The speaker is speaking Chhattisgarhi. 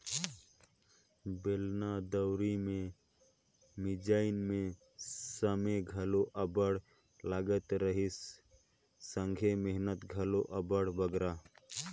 बेलना दउंरी मे मिंजई मे समे घलो अब्बड़ लगत रहिस संघे मेहनत घलो अब्बड़ बगरा